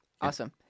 Awesome